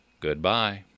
Goodbye